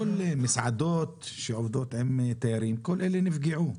מסעדות שעובדות עם תיירים כל אלה נפגעו,